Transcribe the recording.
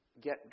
get